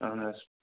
اَہَن حظ